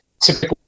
typically